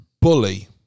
bully